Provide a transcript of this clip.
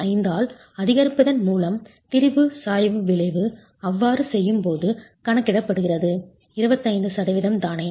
25 ஆல் அதிகரிப்பதன் மூலம் திரிபு சாய்வு விளைவு அவ்வாறு செய்யும்போது கணக்கிடப்படுகிறது 25 சதவீதம் தானே